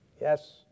Yes